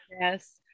yes